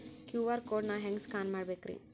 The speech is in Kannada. ಕ್ಯೂ.ಆರ್ ಕೋಡ್ ನಾ ಹೆಂಗ ಸ್ಕ್ಯಾನ್ ಮಾಡಬೇಕ್ರಿ?